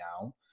now